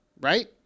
Right